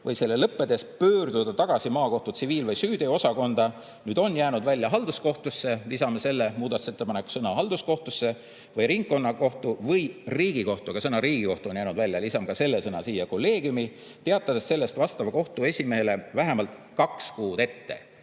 või selle lõppedes pöörduda tagasi maakohtu tsiviil‑ või süüteoosakonda ..." On jäänud välja "halduskohtusse", lisame selle muudatusettepanekuga sõna "halduskohtusse" "... või ringkonnakohtu või Riigikohtu ..."– ka sõna "Riigikohtu" on jäänud välja, lisame ka selle sõna siia –"... kolleegiumi, teatades sellest vastava kohtu esimehele vähemalt kaks kuud ette."